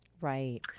Right